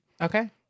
okay